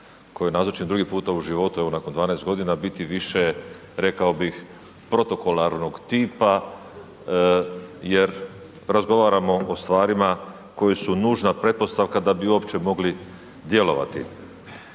kojoj nazočim drugi puta u životu, evo nakon 12.g. biti više rekao bih protokolarnog tipa jer razgovaramo o stvarima koja su nužna pretpostavka da bi uopće mogli djelovati.